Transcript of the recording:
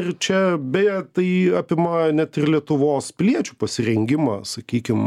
ir čia beje tai apima net ir lietuvos piliečių pasirengimą sakykim